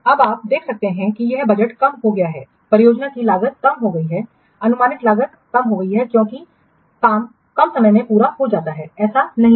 अब आप देख सकते हैं कि यह बजट कम हो गया है परियोजना की लागत कम हो गई है अनुमानित लागत कम हो जाती है क्योंकि काम कम समय में पूरा हो जाता है ऐसा नहीं है